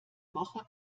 woche